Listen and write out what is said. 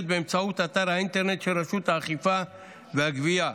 באמצעות אתר האינטרנט של רשות האכיפה והגבייה,